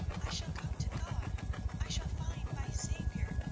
i shall go to god i shall find my saviour.